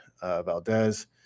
Valdez